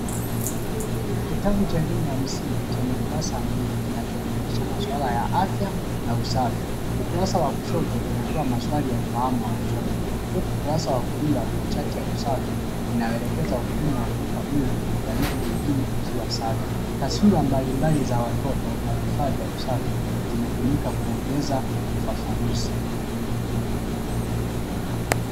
kitabu cha elimu ya shule ya msingi chenye kurasa mbili kinachofundisha maswala ya afya na usafi. Ukurasa wa kushoto unatoa maswali ya ufahamu wa kusoma, huku ukurasa wa kulia unachati ya usafi, inayoelekeza umuhumu wa kuweka mwili na vitu vingine vikiwa vingine vikiwa safi. Taswira mbalimbali za watoto, na vifaa vya usafi, zimetumika kuongeza ufafanuzi .